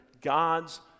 God's